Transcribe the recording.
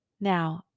Now